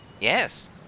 Yes